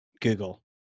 Google